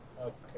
Okay